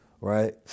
right